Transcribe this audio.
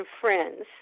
friends